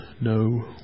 no